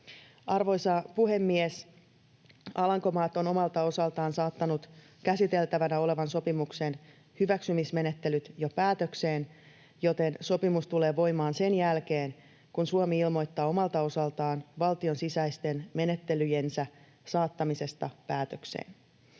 Arvoisa puhemies! Alankomaat on omalta osaltaan saattanut käsiteltävänä olevan sopimuksen hyväksymismenettelyt jo päätökseen, joten sopimus tulee voimaan sen jälkeen, kun Suomi ilmoittaa omalta osaltaan valtion sisäisten menettelyjensä saattamisesta päätökseen.